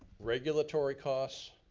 regulatory costs,